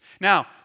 Now